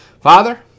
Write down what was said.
Father